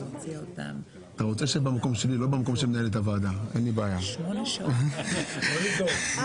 ולא לוועדת החוקה.